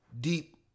deep